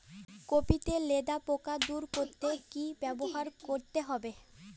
Copy তে লেদা পোকা দূর করতে কি ব্যবহার করতে হবে?